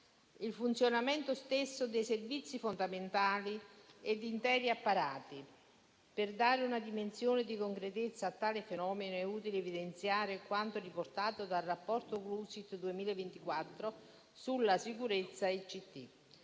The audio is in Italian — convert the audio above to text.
il funzionamento stesso dei servizi fondamentali e di interi apparati. Per dare una dimensione di concretezza a tale fenomeno, è utile evidenziare quanto riportato dal Rapporto Clusit 2024 sulla sicurezza ICT,